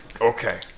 Okay